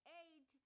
eight